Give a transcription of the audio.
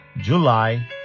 July